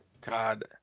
God